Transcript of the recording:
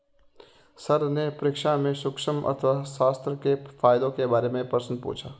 sir ने परीक्षा में सूक्ष्म अर्थशास्त्र के फायदों के बारे में प्रश्न पूछा